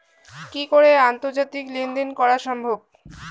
কি করে আন্তর্জাতিক লেনদেন করা সম্ভব?